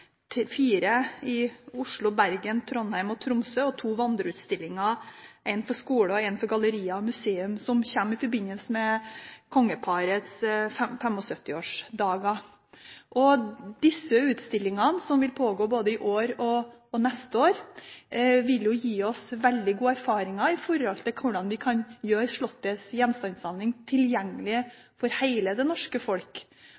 gang: fire utstillinger i Oslo, Bergen, Trondheim og Tromsø og to vandreutstillinger, én for skolene og én for gallerier og museer. Disse utstillingene, som vil pågå både i år og neste år, vil gi oss veldig god erfaring i hvordan vi kan gjøre Slottets gjenstandssamling tilgjengelig for hele det norske folk.